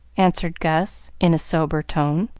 answered gus, in a sober tone.